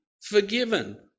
forgiven